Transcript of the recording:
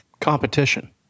Competition